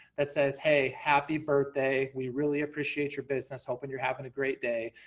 that says, hey, happy birthday, we really appreciate your business, hoping you're having a great day,